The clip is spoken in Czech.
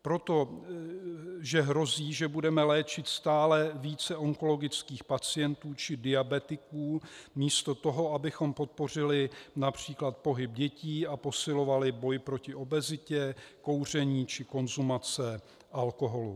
Protože hrozí, že budeme léčit stále více onkologických pacientů či diabetiků místo toho, abychom podpořili například pohyb dětí a posilovali boj proti obezitě, kouření či konzumaci alkoholu.